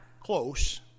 close